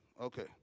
okay